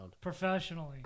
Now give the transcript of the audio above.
Professionally